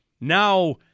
now